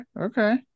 okay